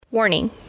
Warning